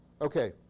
Okay